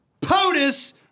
POTUS